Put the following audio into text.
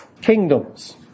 Kingdoms